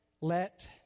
let